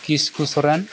Kisku Soren